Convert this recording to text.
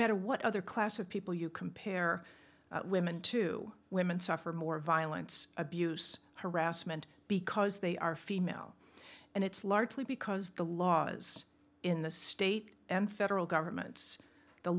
matter what other class of people you compare women to women suffer more violence abuse harassment because they are female and it's largely because the laws in the state and federal governments the